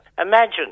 imagine